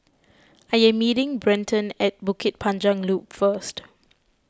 I am meeting Brenton at Bukit Panjang Loop first